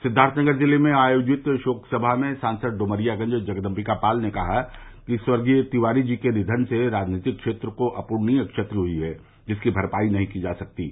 सिद्वार्थनगर जिले में आयोजित शोक सभा में सांसद ड्मरियागंज जगदम्बिकापाल ने कहा कि स्वर्गीय तिवारी जी के निधन से राजनीतिक क्षेत्र को अप्रणीय क्षति हई है जिसकी भरपाई नहीं की सकती है